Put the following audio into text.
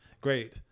great